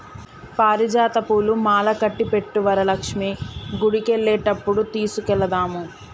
పారిజాత పూలు మాలకట్టి పెట్టు వరలక్ష్మి గుడికెళ్లేటప్పుడు తీసుకెళదాము